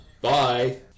Bye